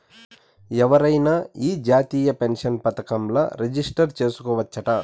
ఎవరైనా ఈ జాతీయ పెన్సన్ పదకంల రిజిస్టర్ చేసుకోవచ్చట